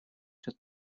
ряд